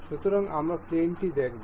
সুতরাং আমরা প্লেনটি দেখব